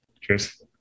cheers